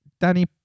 Danny